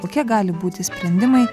kokie gali būti sprendimai